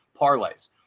parlays